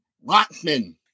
Watson